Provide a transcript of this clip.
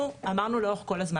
אנחנו אמרנו לאורך כל הזמן,